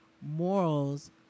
morals